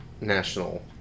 national